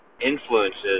influences